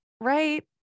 Right